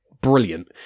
brilliant